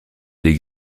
des